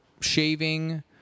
shaving